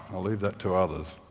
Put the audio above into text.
i'll leave that to others.